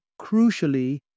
crucially